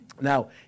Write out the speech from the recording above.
Now